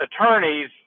attorneys—